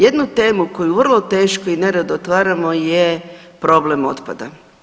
Jednu temu koju vrlo teško i nerado otvaramo je problem otpada.